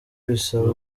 bisaba